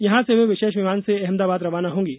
यहां से वे विशेष विमान से अहमदाबाद रवाना होंगीं